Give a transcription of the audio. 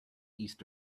east